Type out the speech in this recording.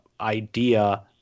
idea